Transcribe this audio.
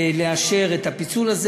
לאשר את הפיצול הזה,